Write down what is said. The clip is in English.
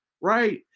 right